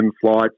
flights